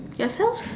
yourself